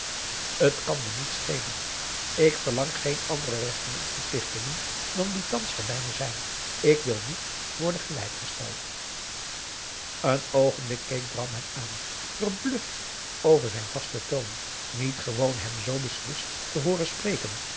het kan me niet schelen ik verlang geen andere rechten en verplichtingen dan die thans de mijne zijn ik wil niet worden gelijk gesteld een oogenblik keek bram hem aan verbluft aum boe akar eel over zijn vasten toon niet gewoon hem zoo beslist te hooren spreken